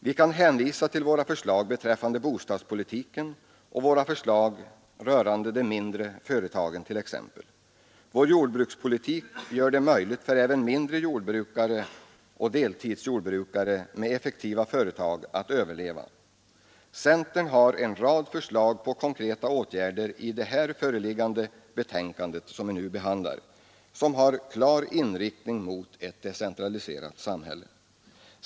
Vi kan hänvisa till våra förslag beträffande bostadspolitiken och våra förslag rörande de mindre företagen t.ex. Vår jordbrukspolitik gör det möjligt för även mindre jordbrukare och deltidsjordbrukare med effektiva företag att överleva. Centern har en rad förslag på konkreta åtgärder i det betänkande vi nu behandlar, vilka har klar inriktning mot ett decentraliserat samhälle.